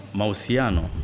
mausiano